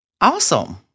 Awesome